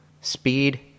speed